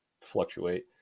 fluctuate